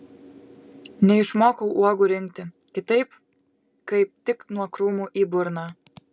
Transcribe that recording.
neišmokau uogų rinkti kitaip kaip tik nuo krūmų į burną